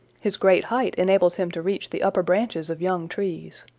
his great height enables him to reach the upper branches of young trees.